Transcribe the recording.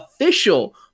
official